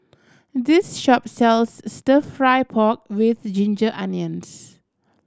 this shop sells Stir Fry pork with ginger onions